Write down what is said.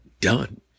done